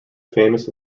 famous